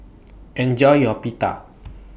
Enjoy your Pita